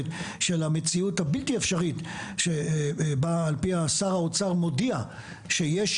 של המציאות הבלתי אפשרית שבה על פיה שר האוצר מודיע שיש,